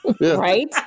Right